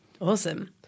Awesome